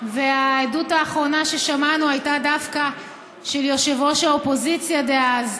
והעדות האחרונה ששמענו הייתה דווקא של יושב-ראש האופוזיציה דאז,